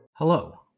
Hello